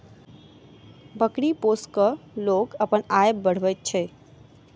बकरी पोसि क लोक अपन आय बढ़बैत अछि